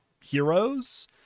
heroes